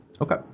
Okay